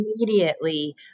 immediately